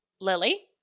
Lily